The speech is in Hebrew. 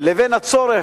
לבין הצורך,